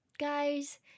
guys